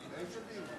איזה דיון?